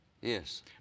Yes